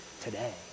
today